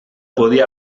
podia